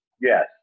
Yes